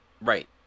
Right